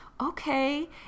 okay